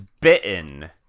bitten